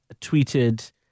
tweeted